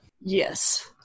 Yes